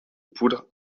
poudre